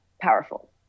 powerful